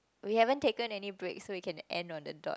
we haven't taken any break so we can end on the dot